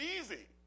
easy